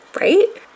Right